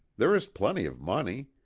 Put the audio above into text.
there is plenty of money.